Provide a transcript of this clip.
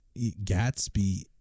Gatsby